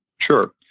Sure